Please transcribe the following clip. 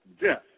death